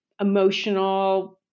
emotional